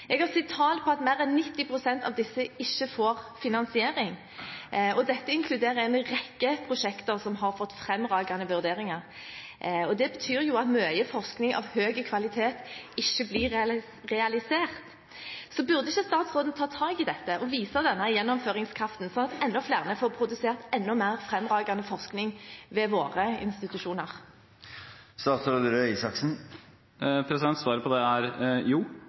Jeg har sett tall på at mer enn 90 pst. av disse ikke får finansiering, og dette inkluderer en rekke prosjekter som har fått fremragende vurderinger. Det betyr at mye forskning av høy kvalitet ikke blir realisert. Burde ikke statsråden ta tak i dette og vise denne gjennomføringskraften, slik at enda flere får produsert enda mer fremragende forskning ved våre institusjoner? Svaret på det er ja, og det har jeg tenkt å gjøre. Det er